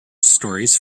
stories